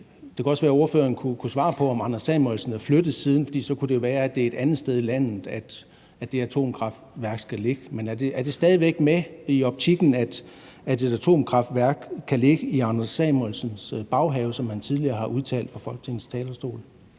Det kunne også være, at ordføreren kunne svare på, om Anders Samuelsen er flyttet siden. For så kunne det jo være, at det er et andet sted i landet, det atomkraftværk skal ligge. Men er det stadig væk med i optikken, at et atomkraftværk kan ligge i Anders Samuelsens baghave, som har tidligere har udtalt fra Folketingets talerstol?